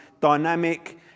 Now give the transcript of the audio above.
dynamic